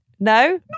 No